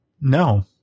No